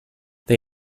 they